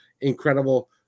incredible